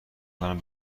کنم